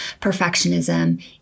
perfectionism